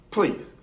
Please